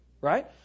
Right